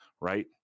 right